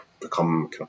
become